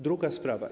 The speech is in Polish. Druga sprawa.